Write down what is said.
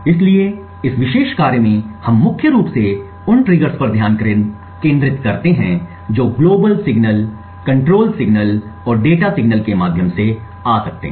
इसलिए इस विशेष कार्य में हम मुख्य रूप से उन ट्रिगर्स पर ध्यान केंद्रित करते हैं जो ग्लोबल सिग्नल कंट्रोल सिग्नल और डेटा सिग्नल के माध्यम से आ सकते हैं